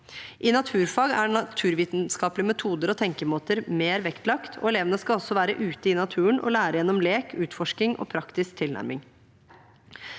I naturfag er naturvitenskapelige metoder og tenkemåter mer vektlagt, og elevene skal også være ute i naturen og lære gjennom lek, utforskning og praktisk tilnærming.